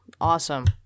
awesome